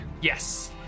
Yes